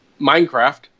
Minecraft